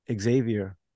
xavier